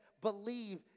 believe